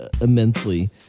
immensely